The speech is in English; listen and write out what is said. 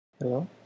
hello